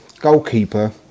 Goalkeeper